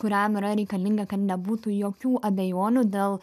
kuriam yra reikalinga kad nebūtų jokių abejonių dėl